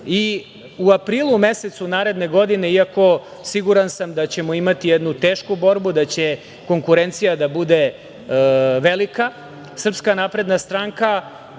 aprilu mesecu naredne godine, iako siguran sam da ćemo imati jednu tešku borbu, da će konkurencija da bude velika, SNS ide u maniru,